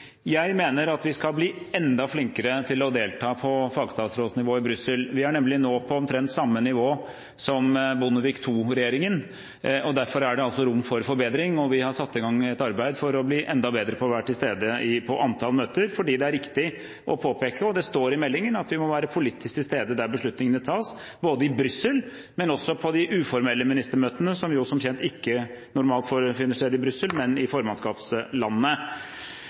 Jeg mener at vi skal bli enda flinkere til å delta på fagstatsrådsnivå i Brussel. Vi er nemlig nå på omtrent samme nivå som Bondevik II-regjeringen. Derfor er det rom for forbedring. Vi har satt i gang et arbeid for å bli enda bedre på å være til stede på antall møter, fordi det er viktig å påpeke, som det står i meldingen, at vi må være politisk til stede der beslutningene tas, både i Brussel og i de uformelle ministermøtene, som jo som kjent ikke normalt finner sted i Brussel, men i formannskapslandet.